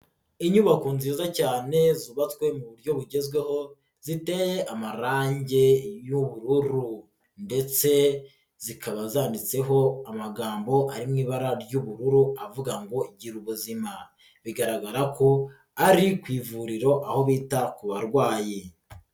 Inyubako nziza cyane zubatswe mu buryo bugezweho ziteye amarange y'ubururu ndetse zikaba zanditseho amagambo ari mu ibara ry'ubururu avuga ngo gira ubuzima bigaragara ko ari ku ivuriro aho bita ku barwayi.